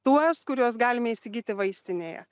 tuos kuriuos galime įsigyti vaistinėje